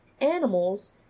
animals